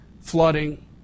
flooding